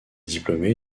diplômé